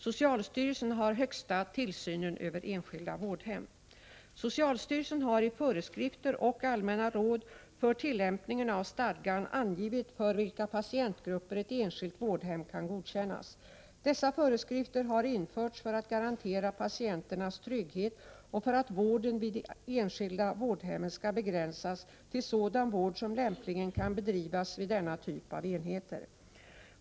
Socialstyrelsen har i föreskrifter och allmänna råd för tillämpningen av stadgan angivit för vilka patientgrupper ett enskilt vårdhem kan godkännas. Dessa föreskrifter har införts för att garantera patienternas trygghet och för att vården vid de enskilda vårdhemmen skall begränsas till sådan vård som lämpligen kan bedrivas vid denna typ av enheter.